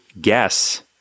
guess